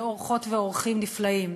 ואורחות ואורחים נפלאים.